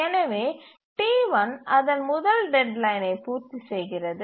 எனவே T1 அதன் முதல் டெட்லைனை பூர்த்தி செய்கிறது